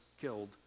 killed